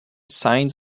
signs